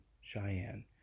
Cheyenne